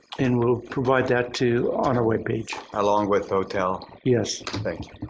and we'll provide that too on our web page. along with hotel. yes. thank